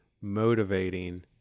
motivating